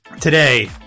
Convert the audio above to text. Today